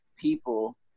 people